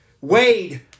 Wade